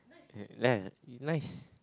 uh ya nice